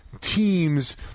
teams